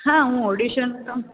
હા હું ઓડિસન તો